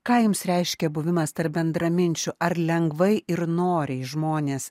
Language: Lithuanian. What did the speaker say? ką jums reiškia buvimas tarp bendraminčių ar lengvai ir noriai žmonės